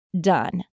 done